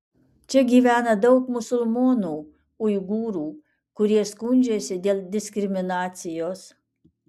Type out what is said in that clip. čia gyvena daug musulmonų uigūrų kurie skundžiasi dėl diskriminacijos